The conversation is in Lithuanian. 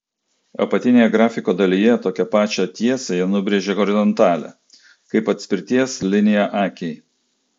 apatinėje grafiko dalyje tokią pačią tiesę jie nubrėžė horizontalią kaip atspirties liniją akiai